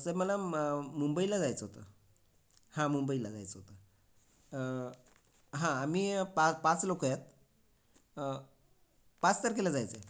sir मला मुंबईला जायचं होतं हां मुंबईला जायचं होतं हां मी पा पाच लोक आहेत पाच तारखेला जायचं आहे